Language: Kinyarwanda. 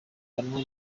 kanwa